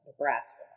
Nebraska